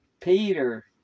Peter